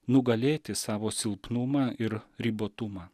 nugalėti savo silpnumą ir ribotumą